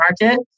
market